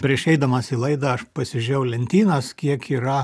prieš eidamas į laidą aš pasižiūrėjau lentynas kiek yra